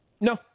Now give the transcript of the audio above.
no